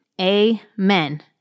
amen